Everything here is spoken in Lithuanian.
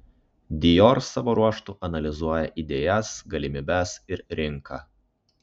dior savo ruožtu analizuoja idėjas galimybes ir rinką